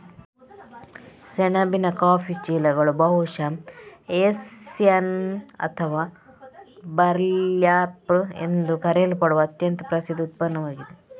ಸೆಣಬಿನ ಕಾಫಿ ಚೀಲಗಳು ಬಹುಶಃ ಹೆಸ್ಸಿಯನ್ ಅಥವಾ ಬರ್ಲ್ಯಾಪ್ ಎಂದು ಕರೆಯಲ್ಪಡುವ ಅತ್ಯಂತ ಪ್ರಸಿದ್ಧ ಉತ್ಪನ್ನವಾಗಿದೆ